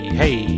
hey